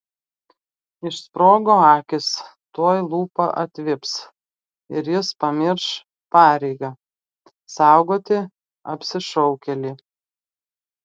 išsprogo akys tuoj lūpa atvips ir jis pamirš pareigą saugoti apsišaukėlį